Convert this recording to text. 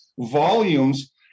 volumes